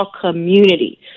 community